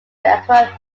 aguirre